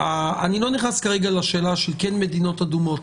אני לא נכנס כרגע לשאלה של מדינות אדומות,